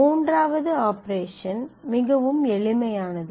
மூன்றாவது ஆபரேஷன் மிகவும் எளிமையானது